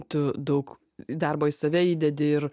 tu daug darbo į save įdedi ir